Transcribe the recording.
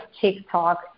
TikTok